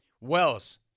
Wells